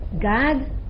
God